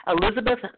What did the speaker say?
Elizabeth